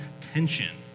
tension